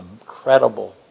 incredible